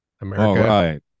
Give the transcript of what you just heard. america